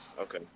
okay